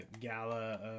gala